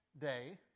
Day